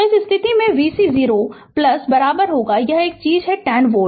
Refer Slide Time 2853 तो इस स्थिति में vc 0 यह चीज़ 10 वोल्ट